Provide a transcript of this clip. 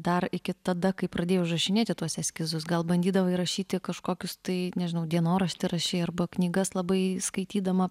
dar iki tada kai pradėjai užrašinėti tuos eskizus gal bandydavai rašyti kažkokius tai nežinau dienoraštį rašei arba knygas labai skaitydama